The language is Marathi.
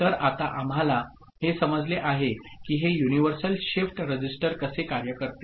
तर आता आम्हाला हे समजले आहे की हे युनिव्हर्सल शिफ्ट रजिस्टर कसे कार्य करते